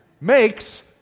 makes